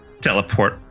teleport